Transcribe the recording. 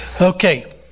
Okay